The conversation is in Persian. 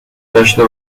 داشته